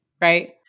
Right